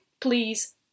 please